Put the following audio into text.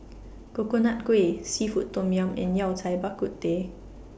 Coconut Kuih Seafood Tom Yum and Yao Cai Bak Kut Teh